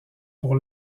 pour